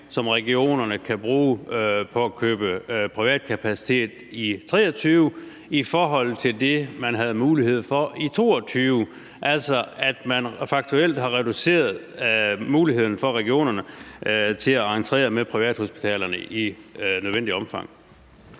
som regionerne kan bruge på at købe privat kapacitet, i 2023 i forhold til det, man havde mulighed for i 2022, altså at man faktuelt har reduceret muligheden for regionerne til at entrere med privathospitalerne i nødvendigt omfang.